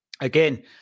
again